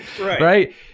Right